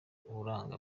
uranga